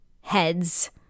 heads